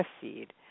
seed